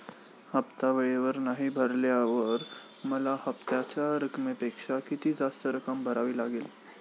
हफ्ता वेळेवर नाही भरल्यावर मला हप्त्याच्या रकमेपेक्षा किती जास्त रक्कम भरावी लागेल?